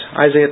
Isaiah